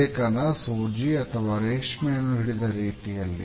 ಲೇಖನ ಸೂಜಿ ಅಥವಾ ರೇಷ್ಮೆಯನ್ನು ಹಿಡಿದ ರೀತಿಯಲ್ಲಿ